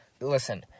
listen